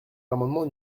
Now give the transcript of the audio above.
l’amendement